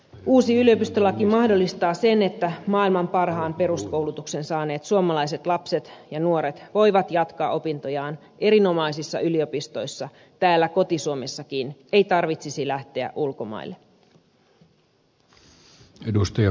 uusi yliopistolaki mahdollistaa sen että maailman parhaan peruskoulutuksen saaneet suomalaiset lapset ja nuoret voivat jatkaa opintojaan erinomaisissa yliopistoissa täällä koti suomessakin ei tarvitse lähteä ulkomaille